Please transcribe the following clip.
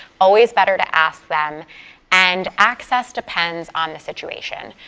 always better to ask them and access depends on the situation.